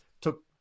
took